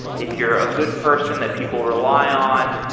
if you're a good person that people rely on,